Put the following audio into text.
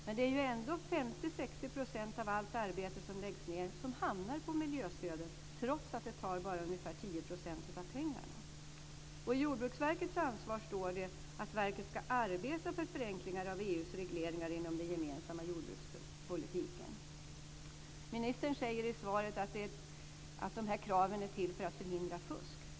Men det är ju ändå 50-60 % av allt arbete som läggs ned som hamnar på miljöstödet, trots att det bara tar ungefär 10 % av pengarna. I Jordbruksverkets ansvar står det att verket ska arbeta för förenklingar av EU:s regleringar inom den gemensamma jordbrukspolitiken. Ministern säger i svaret att de här kraven är till för att förhindra fusk.